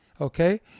okay